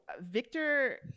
Victor